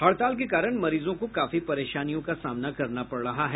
हड़ताल के कारण मरीजों को काफी परेशानियों का सामना करना पड़ रहा है